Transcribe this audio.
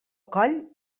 coll